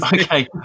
Okay